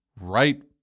right